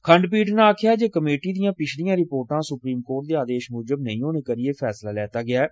खंडपीठ नै आक्खेआ जे कमेटी दियां पिछलियां रिपोर्टा सुप्रीम कोर्ट दे आदेश मूजब नेईं होने करी एह फैसला लैता गेआ ऐ